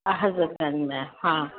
हजरतगंज में हा